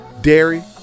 dairy